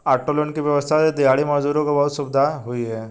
auto loan की व्यवस्था से दिहाड़ी मजदूरों को बहुत सुविधा हुई है